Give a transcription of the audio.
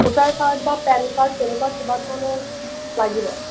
voter card বা PAN card তেনেকুৱা কিবা ধৰণৰ লাগিব